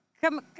come